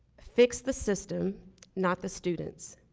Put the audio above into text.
fix the system not the students.